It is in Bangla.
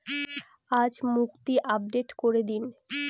আজ মুক্তি আপডেট করে দিন